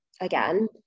again